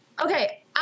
Okay